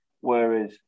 Whereas